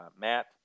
matt